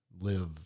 live